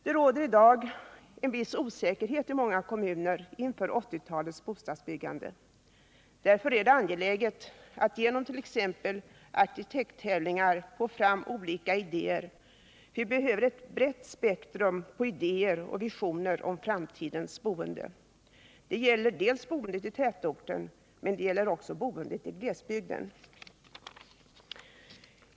Det råder i dag en viss osäkerhet i många kommuner inför 1980-talets bostadsbyggande. Därför är det angeläget att genom t.ex. arkitekttävlingar få fram olika idéer. Vi behöver ett brett spektrum av idéer och visioner om framtidens boende. Det gäller främst boendet i tätorten men också boendet i glesbygden.